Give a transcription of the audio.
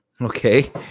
Okay